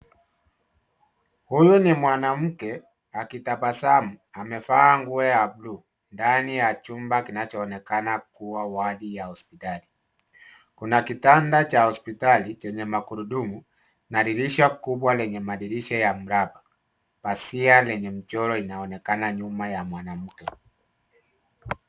Huyu ni mwanamke akitabasamu amevaa nguo ya buluu ndani ya chumba kinachoonekana kuwa wadi ya hospitali. Kuna kitanda cha hospitali chenye magurudumu na dirisha kubwa lenye madirisha ya mraba. Pazia lenye mchoro inaonekana nyuma ya mwanamke.